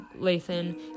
Lathan